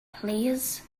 plîs